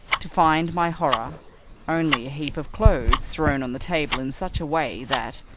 to find my horror only a heap of clothes thrown on the table in such a way that,